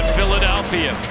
Philadelphia